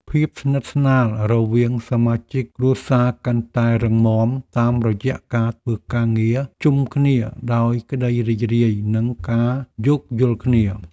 ភាពស្និទ្ធស្នាលរវាងសមាជិកគ្រួសារកាន់តែរឹងមាំតាមរយៈការធ្វើការងារជុំគ្នាដោយក្ដីរីករាយនិងការយោគយល់គ្នា។